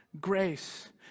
grace